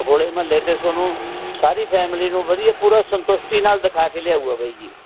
ਹੋਲੇ ਮਹੱਲੇ ਤੇ ਤੁਹਾਨੂੰ ਸਾਰੀ ਫੈਮਿਲੀ ਨੂੰ ਵਧੀਆ ਪੂਰਾ ਸੰਤੁਸ਼ਟੀ ਨਾਲ ਦਿਖਾ ਕੇ ਲਿਆਊਗਾ ਬਾਈ ਜੀ